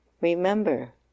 Remember